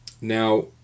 Now